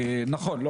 נכון,